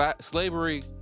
Slavery